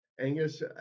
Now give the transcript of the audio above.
Angus